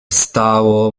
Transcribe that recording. stało